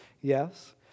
Yes